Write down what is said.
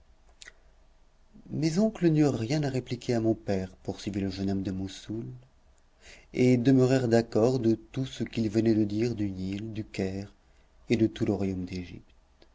mes oncles n'eurent rien à répliquer à mon père poursuivit le jeune homme de moussoul et demeurèrent d'accord de tout ce qu'il venait de dire du nil du caire et de tout le royaume